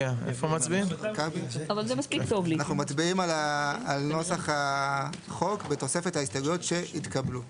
אנחנו מצביעים על נוסח החוק בתוספת ההסתייגויות שהתקבלו.